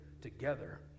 together